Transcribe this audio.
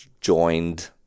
joined